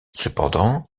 cependant